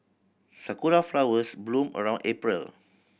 sakura flowers bloom around April